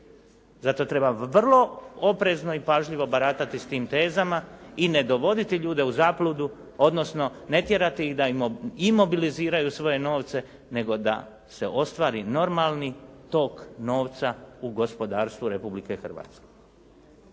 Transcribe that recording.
Zato treba vrlo oprezno i pažljivo baratati s tim tezama i ne dovoditi ljude u zabludu odnosno ne tjerati da imobiliziraju svoje novce nego da se ostvari normalni tok novca u gospodarstvu Republike Hrvatske.